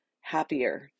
happier